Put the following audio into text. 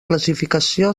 classificació